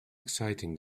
exciting